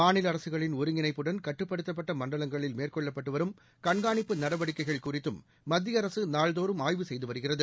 மாநில அரசுகளின் ஒருங்கிணைப்புடன் கட்டுப்படுத்தப்பட்ட மண்டலங்களில் மேற்கெள்ளப்பட்டு வரும் கண்காணிப்பு நடவடிக்கைகள் குறித்தும் மத்திய அரசு நாள்தோறும் ஆய்வு செய்து வருகிறது